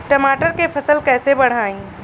टमाटर के फ़सल कैसे बढ़ाई?